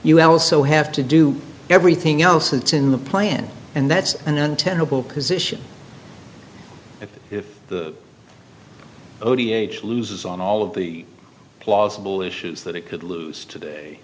you also have to do everything else it's in the plan and that's an untenable position if the o t age loses on all of the plausible issues that it could lose today